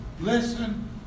Listen